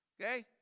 okay